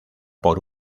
por